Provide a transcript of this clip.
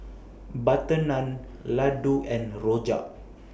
Butter Naan Laddu and Rojak